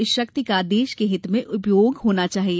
इस शक्ति का देश के हित में उपयोग होना चाहिए